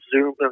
Zoom